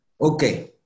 Okay